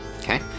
Okay